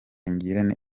ngirente